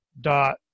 dot